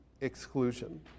exclusion